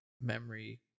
memory